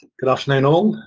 good afternoon all.